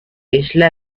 isla